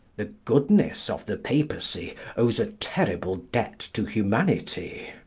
the goodness of the papacy owes a terrible debt to humanity.